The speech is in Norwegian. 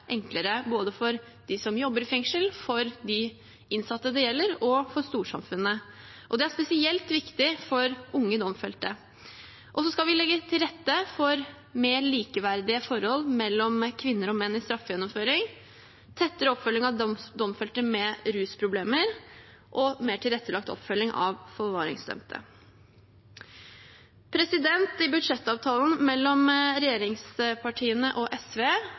enklere både for dem som jobber i fengsel, for de innsatte det gjelder, og for storsamfunnet. Det er spesielt viktig for unge domfelte. Så skal vi legge til rette for mer likeverdige forhold mellom kvinner og menn i straffegjennomføringen, tettere oppfølging av domfelte med rusproblemer og mer tilrettelagt oppfølging av forvaringsdømte. I budsjettavtalen mellom regjeringspartiene og SV